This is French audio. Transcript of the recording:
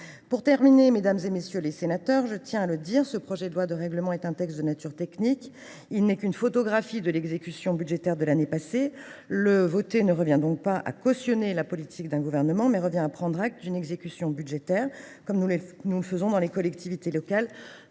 d’un débat. Mesdames, messieurs les sénateurs, je tiens à le dire : le présent projet de loi est un texte de nature technique. Il n’est qu’une photographie de l’exécution budgétaire de l’année passée. Le voter revient donc non pas à cautionner la politique d’un gouvernement, mais à prendre acte d’une exécution budgétaire, comme nous le faisons dans les collectivités locales